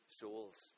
souls